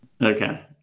Okay